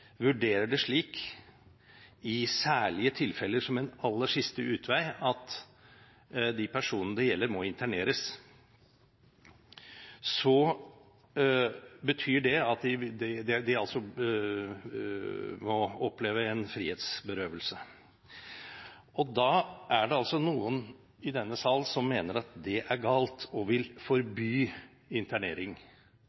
i særlige tilfeller vurderer det som en aller siste utvei at de personene det gjelder, må interneres, betyr det at de må oppleve en frihetsberøvelse. Da er det noen i denne sal som mener at det er galt, som vil